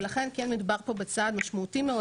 ולכן כן מדובר פה בצעד משמעותי מאוד,